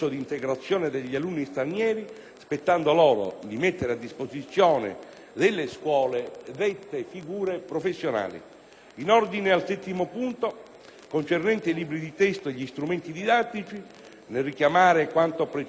spettando loro di mettere a disposizione delle scuole dette figure professionali. In ordine al settimo punto, concernente i libri di testo e gli strumenti didattici, nel richiamare quanto precedentemente detto circa i *curricula*,